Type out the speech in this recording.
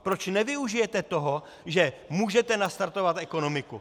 Proč nevyužijete toho, že můžete nastartovat ekonomiku?